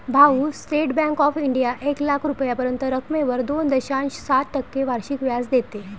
भाऊ, State Bank of India एक लाख रुपयांपर्यंतच्या रकमेवर दोन दशांश सात टक्के वार्षिक व्याज देते